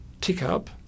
tick-up